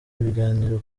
ibiganiro